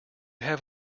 have